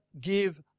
give